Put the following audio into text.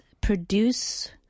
produce